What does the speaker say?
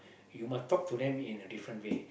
you must talk to them in a different way